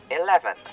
eleven